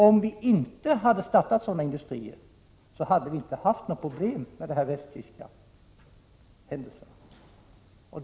Om vi inte hade startat sådana industrier, hade vi inte haft några problem med de västtyska händelserna.